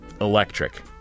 electric